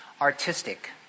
artistic